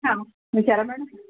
हां विचारा मॅडम